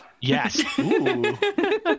Yes